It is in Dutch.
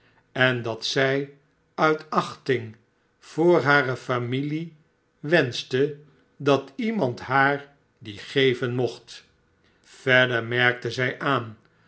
en dat zij uit achting voor hare familie wenschte dat iemand haar die geven mocht verder merkte zij aan